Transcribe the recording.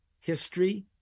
history